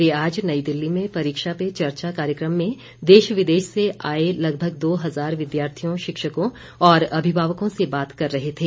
वे आज नई दिल्ली में परीक्षा पे चर्चा कार्यक्रम में देश विदेश से आये लगभग दो हजार विद्यार्थियों शिक्षकों और अमिभावकों से बात कर रहे थे